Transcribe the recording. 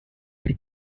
for